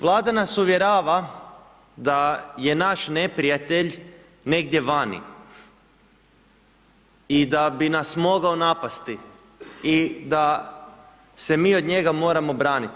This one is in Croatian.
Vlada nas uvjerava da je naš neprijatelj negdje vani i da bi nas mogao napasti i da se mi od njega moramo braniti.